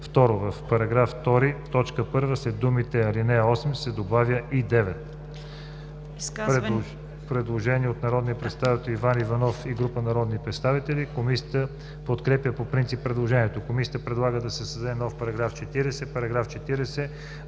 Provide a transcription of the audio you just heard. В § 2, т. 1 след думите „ал. 8“ се добавя „и 9“.“ Предложение от народния представител Иван Иванов и група народни представители. Комисията подкрепя по принцип предложението. Комисията предлага да се създаде нов § 40: „§ 40.